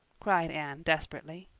cried anne desperately.